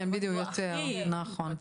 כן בדיוק, נכון.